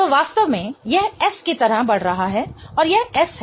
तो वास्तव में यह S की तरह बढ़ रहा है और यह S है